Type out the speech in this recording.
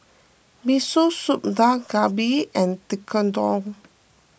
Miso Soup Dak Galbi and Tekkadon